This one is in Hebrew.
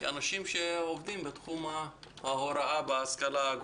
אלה אנשים שעובדים בתחום ההוראה בהשכלה הגבוהה.